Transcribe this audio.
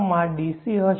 માં DC હશે